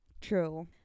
True